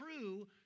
true